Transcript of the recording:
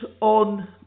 on